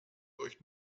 euch